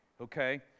okay